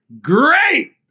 Great